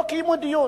לא קיימו דיון.